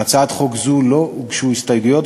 להצעת חוק זו לא הוגשו הסתייגויות,